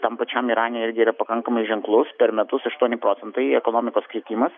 tam pačiam irane irgi yra pakankamai ženklus per metus aštuoni procentai ekonomikos kritimas